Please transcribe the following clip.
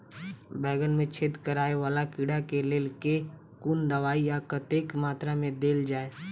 बैंगन मे छेद कराए वला कीड़ा केँ लेल केँ कुन दवाई आ कतेक मात्रा मे देल जाए?